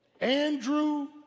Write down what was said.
Andrew